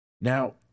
Now